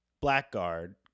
Blackguard